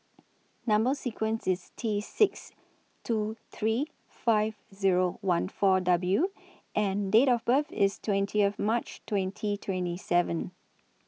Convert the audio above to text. Number sequence IS T six two three five Zero one four W and Date of birth IS twenty of March twenty twenty seven